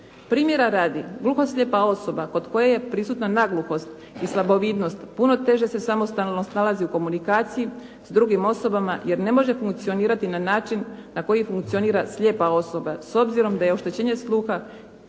Primjera radi, gluho-slijepa osoba kod koje je prisutna nagluhost i slabovidnost puno teže se samostalno snalazi u komunikaciji sa drugim osobama jer ne može funkcionirati na način na koji funkcionira slijepa osoba, s obzirom da je oštećenje sluha i